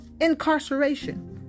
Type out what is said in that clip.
incarceration